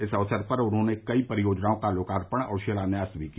इस अवसर पर उन्होंने कई परियोजनाओ का लोकार्पण और शिलान्यास भी किया